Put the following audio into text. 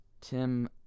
Tim